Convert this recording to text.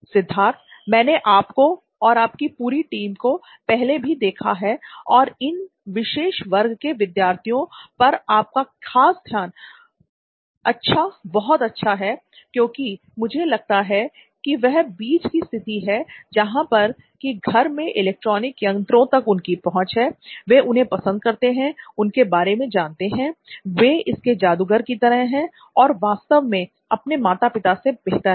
सिद्धार्थ मैंने आपको और आपकी पूरी टीम को पहले भी देखा है और इन विशेष वर्ग के विद्यार्थियों पर आपका खास ध्यान अच्छा बहुत अच्छा है क्योंकि मुझे लगता है कि वह बीच की स्थिति है जहां पर की घर मैं इलेक्ट्रॉनिक यंत्रों तक उनकी पहुंच है वे उन्हें पसंद करते हैं उनके बारे में जानते हैं वे इसके जादूगर की तरह हैं और वास्तव में अपने माता पिता से बेहतर है